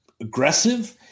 aggressive